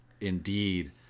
indeed